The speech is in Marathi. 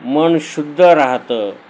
मन शुद्ध राहतं